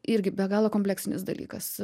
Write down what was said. irgi be galo kompleksinis dalykas